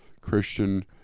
Christian